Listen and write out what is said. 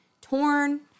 torn